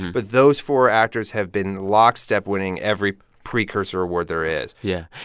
but those four actors have been lockstep winning every precursor award there is yeah.